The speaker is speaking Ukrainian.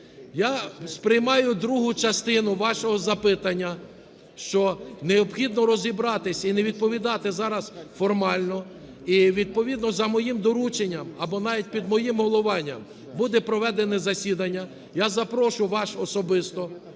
Я сприймаю другу частину вашого запитання, що необхідно розібратися і не відповідати зараз формально, і, відповідно за моїм дорученням або навіть під моїм головуванням, буде проведене засідання, я запрошую вас особисто